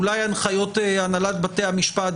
אולי הנחיות הנהלת בתי המשפט,